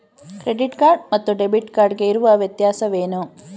Credit card ಮತ್ತು debit card ಗೆ ಇರುವ ವ್ಯತ್ಯಾಸವೇನು?